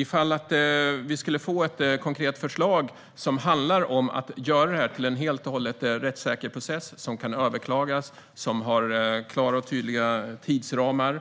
Ifall vi skulle få ett konkret förslag som handlar om att göra det här till en helt och hållet rättssäker process som kan överklagas och har klara och tydliga tidsramar